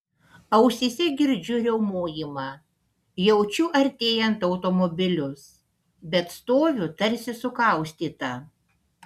ausyse girdžiu riaumojimą jaučiu artėjant automobilius bet stoviu tarsi sukaustyta